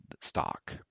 stock